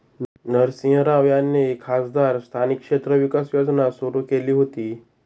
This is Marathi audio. नरसिंह राव यांनी खासदार स्थानिक क्षेत्र विकास योजना सुरू केली होती